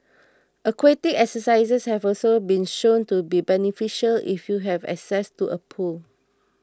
aquatic exercises have also been shown to be beneficial if you have access to a pool